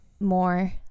more